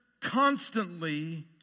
constantly